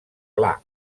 pla